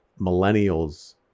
millennials